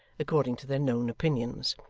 according to their known opinions.